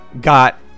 got